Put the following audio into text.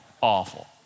awful